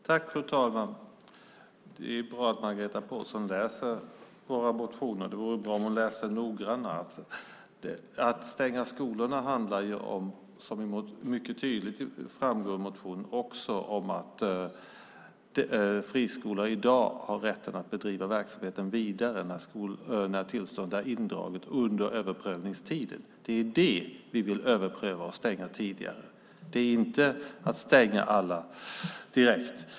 Fru talman! Det är bra att Margareta Pålsson läser våra motioner. Det vore bra om hon läste dem noggrannare. Det framgår mycket tydligt i motionen att det också handlar om att friskolor i dag har rätt att bedriva verksamheten vidare under överprövningstiden när tillståndet är indraget. Det är det vi vill överpröva och stänga dem tidigare. Det handlar inte om att stänga alla direkt.